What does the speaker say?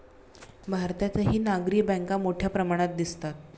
भारतातही नागरी बँका मोठ्या प्रमाणात दिसतात